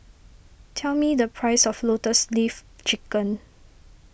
tell me the price of Lotus Leaf Chicken